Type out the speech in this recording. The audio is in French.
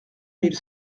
mille